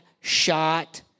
shot